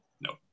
No